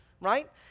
right